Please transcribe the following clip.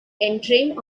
entering